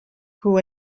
who